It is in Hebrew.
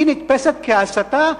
נתפסת כהסתה,